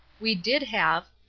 we did have.